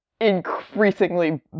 increasingly